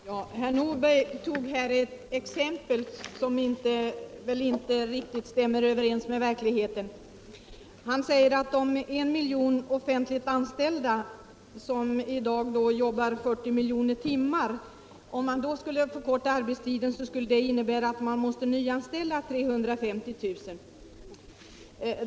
Herr talman! Herr Nordberg anförde ett exempel som väl inte stämmer riktigt överens med verkligheten. Herr Nordberg säger att det är I miljon offentligt anställda som i dag jobbar 40 miljoner timmar i veckan. En arbetstidsförkortning skulle innebära att man måste nyanställa 350 000 personer.